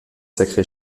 sacré